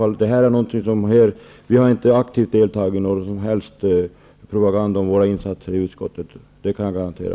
Vi har i varje fall inte aktivt deltagit i någon som helst propaganda vad gäller våra insatser i utskottet. Det kan jag garantera.